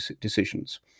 decisions